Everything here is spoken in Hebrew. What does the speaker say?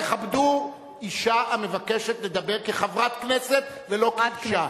תכבדו אשה המבקשת לדבר כחברת הכנסת ולא כאשה.